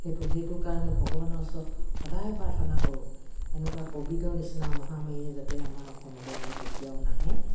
সেইটো সেইটো কাৰণে ভগৱানৰ ওচৰত সদায় প্ৰাৰ্থনা কৰোঁ এনেকুৱা ক'ভিডৰ নিচিনা মহামাৰীয়ে যাতে আমাৰ অসমলৈ আৰু কেতিয়াও নাহে